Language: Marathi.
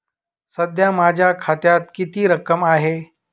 सध्या माझ्या खात्यात किती रक्कम आहे?